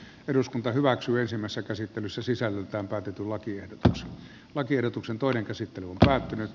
eduskunta hyväksyisimmässä käsittelyssä sisällöltään katetulla kiertos lakiehdotuksen toinen käsittely on päättynyt